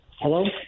Hello